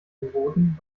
verboten